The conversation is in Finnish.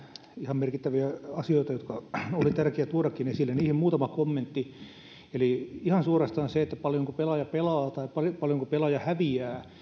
ihan merkittäviä asioita jotka olikin tärkeää tuoda esille niihin muutama kommentti ihan suorastaan se paljonko pelaaja pelaa tai paljonko pelaaja häviää